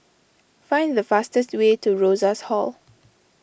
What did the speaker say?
find the fastest way to Rosas Hall